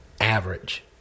average